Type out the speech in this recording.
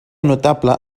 notable